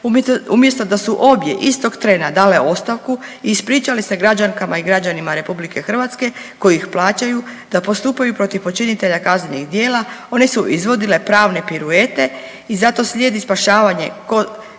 umjesto da su obje istog trena dale ostavku i ispričale se građankama i građanima RH koji ih plaćaju da postupaju protiv počinitelja kaznenih djela, one su izvodile pravne piruete i zato slijedi spašavanje ko,